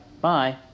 Bye